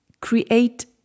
create